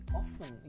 often